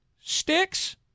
sticks